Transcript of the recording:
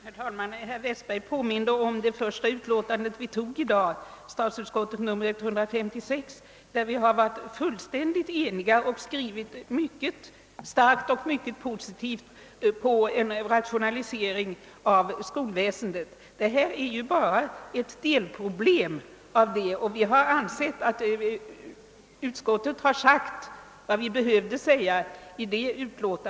Herr talman! Herr Westberg påminde: om det första utskottsutlåtande vi behandlade här i dag, nämligen statsutskottets utlåtande nr 156. Vi var fullt eniga där och har skrivit mycket starkt och positivt om en rationalisering av skolväsendet. I det utlåtandet har utskottet sagt vad vi ansett att vi behövde säga. Den fråga vi nu behandlar är bara ett delproblem.